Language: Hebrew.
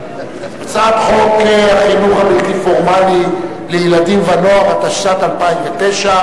מדינה חייבת לשקול גם את השיקולים האלה.